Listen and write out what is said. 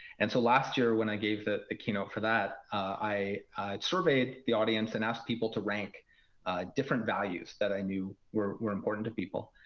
and so last year when i gave that ah keynote for that, i surveyed the audience and asked people to rank different values that i knew were important to people.